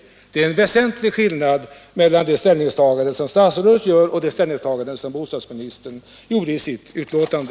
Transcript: Det är en väsentlig skillnad mellan det ställningstagande som statsrådet nu gör och det ställningstagande som bostadsministern gjorde i sitt uttalande.